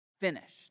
finished